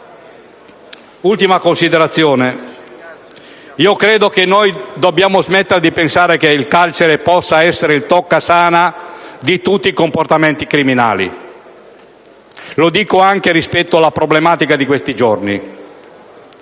un'ultima considerazione. Credo che dobbiamo smettere di pensare che il carcere possa essere il toccasana di tutti i comportamenti criminali. Lo dico anche rispetto alla problematica di questi giorni: